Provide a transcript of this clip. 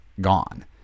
gone